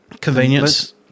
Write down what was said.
Convenience